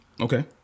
Okay